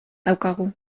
daukagu